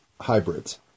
hybrids